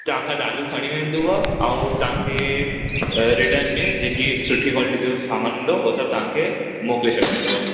तांखां दालियूं खणी वेंदुव आऊं तांखे रिटर्न में जेके सुठियूं क्वालिटी जो सामान हूंदो उहो सब तांखे मोकिले छॾंदव